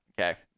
okay